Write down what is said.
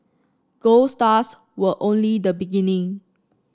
gold stars were only the beginning